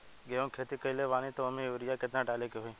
गेहूं के खेती कइले बानी त वो में युरिया केतना डाले के होई?